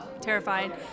terrified